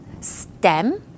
stem